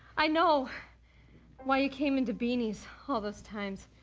i know why you came into beanies all those times.